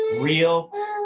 real